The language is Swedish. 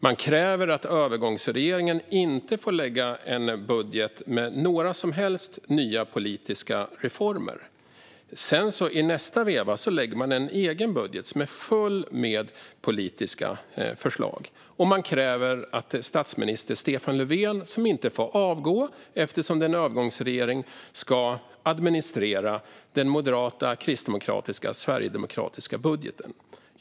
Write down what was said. Man kräver att övergångsregeringen inte ska få lägga en budget med några nya politiska reformer alls. I nästa veva lägger man fram en egen budget som är full av politiska förslag. Man kräver att statsminister Stefan Löfven, som inte får avgå eftersom han leder en övergångsregering, ska administrera en budget från Moderaterna, Kristdemokraterna och Sverigedemokraterna.